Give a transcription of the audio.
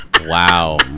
wow